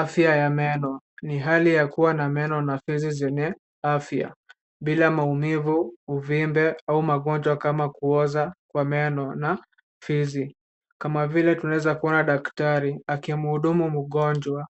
Afya ya meno ni hali ya kuwa na meno na fizi zenye afya; bila maumivu, uvimbe au magonjwa kama kuoza kwa meno na fizi. Kama vile tunaweza kuona daktari akimhudumu mgonjwa.